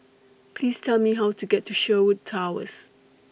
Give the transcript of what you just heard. Please Tell Me How to get to Sherwood Towers